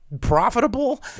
profitable